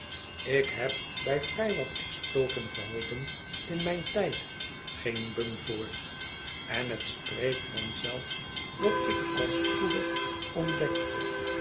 ik heb bij vrij wat exploten geholpen in mijn tijd ging bung voort en het spreekt van zelf dat ik al spoedig ontdekte